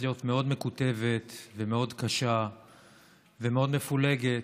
להיות מאוד מקוטבת ומאוד קשה ומאוד מפולגת,